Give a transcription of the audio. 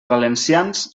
valencians